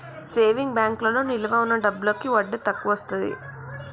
saving బ్యాంకులో నిలవ ఉన్న డబ్బులకి వడ్డీ తక్కువొస్తది